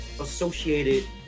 associated